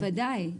בוודאי.